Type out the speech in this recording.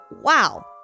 wow